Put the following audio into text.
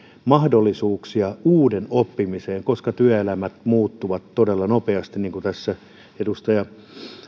mahdollisuuksia uuden oppimiseen koska työelämä muuttuu todella nopeasti niin kuin tässä edustaja